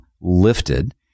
lifted